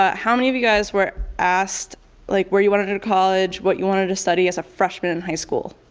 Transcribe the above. ah how many of you guys were asked like where you wanted to go to college, what you wanted to study as a freshman in high school?